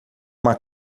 uma